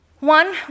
One